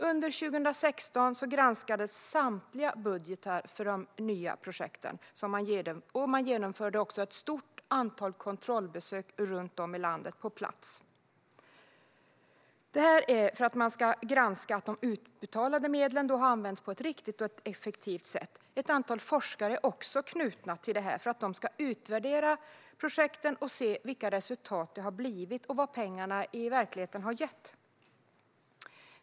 Under 2016 granskades samtliga budgetar för nya projekt, och man genomförde också ett stort antal kontrollbesök på plats runt om i landet. Syftet med detta var att granska att de utbetalade medlen har använts på ett riktigt och effektivt sätt. Ett antal forskare är också knutna till detta. De ska utvärdera projekten och se vilka resultat det har blivit och vad pengarna i verkligheten har gett.